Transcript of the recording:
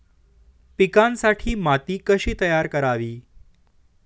पिकांसाठी माती कशी तयार करावी?